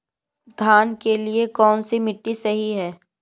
धान के लिए कौन सी मिट्टी सही है?